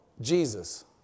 Jesus